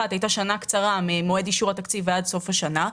הייתה שנה קצרה ממועד אישור התקציב ועד סוף השנה.